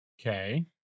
Okay